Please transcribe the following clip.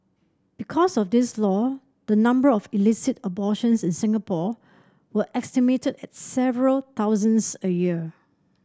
because of this law the number of illicit abortions in Singapore were estimated at several thousands a year